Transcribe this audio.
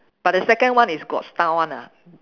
but the second one is got style [one] ah